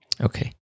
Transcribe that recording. Okay